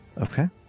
Okay